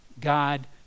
God